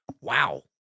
wow